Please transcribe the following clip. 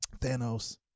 thanos